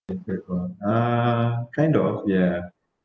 uh kind of odd ya